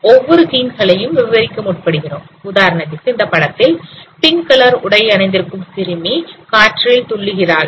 ஒவ்வொரு சீன் களையும் விவரிக்க முற்படுகிறோம் உதாரணத்திற்கு இந்தப்படத்தில் பிங்க் கலர் உடை அணிந்திருக்கும் சிறுமி காற்றில் துள்ளுகிறாள்